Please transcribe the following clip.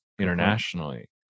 internationally